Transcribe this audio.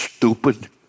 stupid